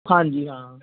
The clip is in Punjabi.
ਹਾਂਜੀ ਹਾਂ